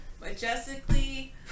majestically